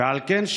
ועל כן,